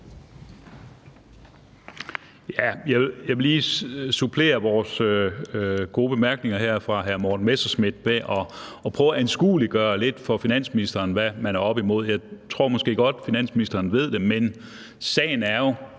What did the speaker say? Jeg vil lige supplere vores gode bemærkninger her fra hr. Morten Messerschmidt med at prøve at anskueliggøre lidt for finansministeren, hvad man er oppe imod. Jeg tror måske godt, finansministeren ved det, men sagen er jo,